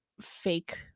fake